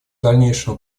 дальнейшему